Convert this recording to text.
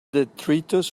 detritus